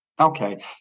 Okay